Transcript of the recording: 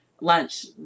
lunch